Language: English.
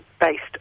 based